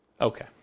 Okay